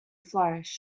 flourish